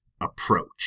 approach